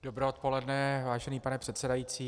Dobré odpoledne, vážený pane předsedající.